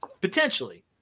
potentially